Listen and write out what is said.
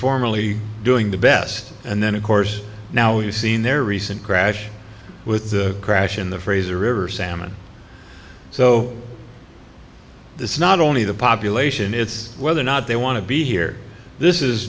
formally doing the best and then of course now we've seen their recent crash with the crash in the fraser river salmon so this is not only the population it's whether or not they want to be here this is